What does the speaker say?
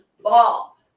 Ball